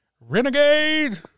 renegade